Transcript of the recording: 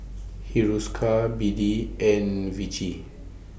Hiruscar B D and Vichy